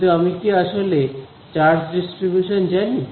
কিন্তু আমি কি আসলে চার্জ ডিস্ট্রিবিউশন জানি